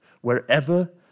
Wherever